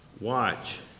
watch